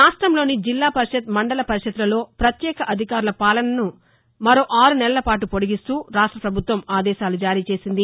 రాష్ట్రంలోని జిల్లా పరిషత్ మండల పరిషత్ లలో పత్యేక అధికారుల పాలనను మరో ఆరు నెలలపాటు పొడిగిస్తూ రాష్ట్ర పభుత్వం ఆదేశాలు జారీ చేసింది